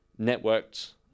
networked